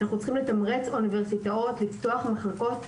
אנחנו צריכים לתמרץ אוניברסיטאות לפתוח מחלקות